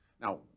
Now